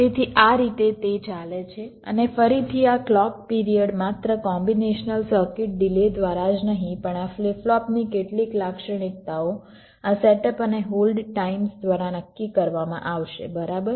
તેથી આ રીતે તે ચાલે છે અને ફરીથી આ ક્લૉક પિરિયડ માત્ર કોમ્બીનેશનલ સર્કિટ ડિલે દ્વારા જ નહીં પણ આ ફ્લિપ ફ્લોપની કેટલીક લાક્ષણિકતાઓ આ સેટઅપ અને હોલ્ડ ટાઇમ્સ દ્વારા નક્કી કરવામાં આવશે બરાબર